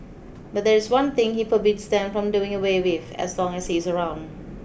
but there is one thing he forbids them from doing away with as long as he is around